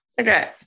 Okay